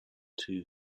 two